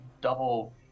double